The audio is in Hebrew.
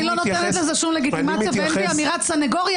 אני לא נותנת לזה שום לגיטימציה ואין לי אמירת סנגוריה